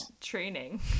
training